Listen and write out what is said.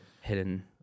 hidden